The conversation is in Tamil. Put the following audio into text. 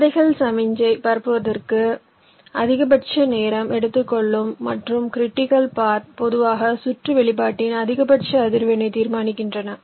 பாதைகள் சமிக்ஞை பரப்புவதற்கு அதிகபட்ச நேரம் எடுத்துக்கொள்ளும் மற்றும் கிரிட்டிக்கல் பாத் பொதுவாக சுற்று செயல்பாட்டின் அதிகபட்ச அதிர்வெண்ணை தீர்மானிக்கின்றன